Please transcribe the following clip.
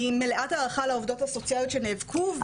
מלאת הערכה לעובדות הסוציאליות שנאבקו.